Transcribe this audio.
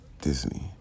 Disney